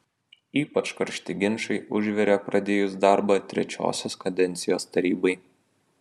ypač karšti ginčai užvirė pradėjus darbą trečiosios kadencijos tarybai